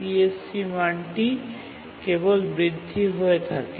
CSC মানটি কেবল বৃদ্ধি হয়ে থাকে